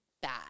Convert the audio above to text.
bad